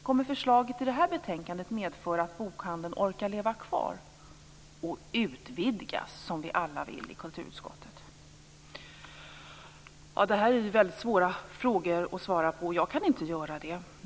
Kommer förslaget i det här betänkandet att medföra att bokhandeln orkar att leva kvar och utvidgas, vilket vi alla i kulturutskottet vill? Detta är svåra frågor att svara på. Jag kan inte göra det.